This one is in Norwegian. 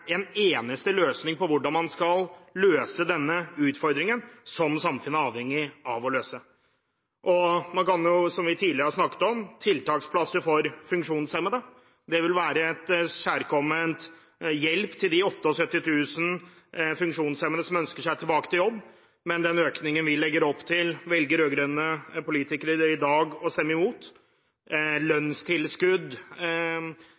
en eneste løsning på hvordan man skal løse denne utfordringen som samfunnet er avhengig av å løse. Som vi tidligere har snakket om, vil tiltaksplasser for funksjonshemmede være en kjærkommen hjelp til de 78 000 funksjonshemmede som ønsker seg tilbake til jobb, men den økningen vi legger opp til, velger rød-grønne politikere i dag å stemme imot.